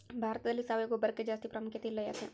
ಭಾರತದಲ್ಲಿ ಸಾವಯವ ಗೊಬ್ಬರಕ್ಕೆ ಜಾಸ್ತಿ ಪ್ರಾಮುಖ್ಯತೆ ಇಲ್ಲ ಯಾಕೆ?